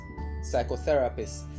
psychotherapists